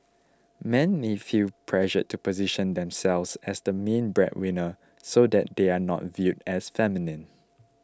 men may feel pressured to position themselves as the main breadwinner so that they are not viewed as feminine